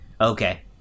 okay